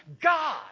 God